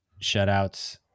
shutouts